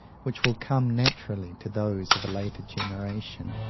which will come naturally to those of a later generation,